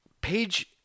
page